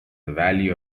valley